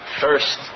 first